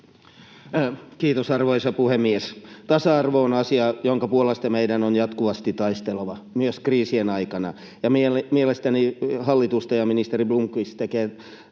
Kiitos, arvoisa puhemies! Tasa-arvo on asia, jonka puolesta meidän on jatkuvasti taisteltava, myös kriisien aikana. Mielestäni hallitus ja ministeri Blomqvist tekevät